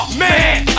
man